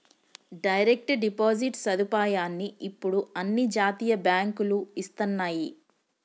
direct deposit సదుపాయాన్ని ఇప్పుడు అన్ని జాతీయ బ్యేంకులూ ఇస్తన్నయ్యి